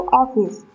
office